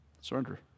surrender